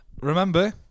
Remember